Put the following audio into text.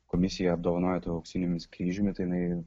komisija apdovanojo tuo auksiniu kryžiumi tai jinai